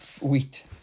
wheat